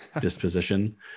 disposition